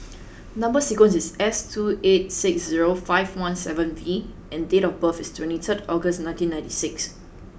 number sequence is S two eight six zero five one seven V and date of birth is twenty third August nineteen ninety six